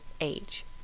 age